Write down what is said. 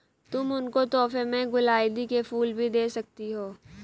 तुम उनको तोहफे में गुलाउदी के फूल भी दे सकती हो